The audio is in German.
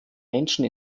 menschen